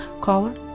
Caller